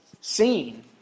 seen